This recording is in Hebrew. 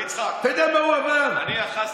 דווקא אני מקריא בנחת,